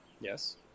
Yes